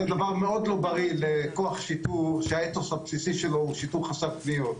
דבר מאוד לא בריא לכוח שיטור שהאתוס הבסיסי שלו הוא שיטור חסר פניות.